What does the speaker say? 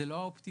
זה לא אופטימלי,